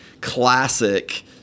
classic